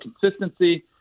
consistency